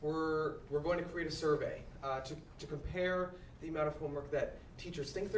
we're we're going to create a survey to compare the amount of homework that teachers thin